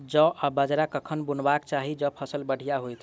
जौ आ बाजरा कखन बुनबाक चाहि जँ फसल बढ़िया होइत?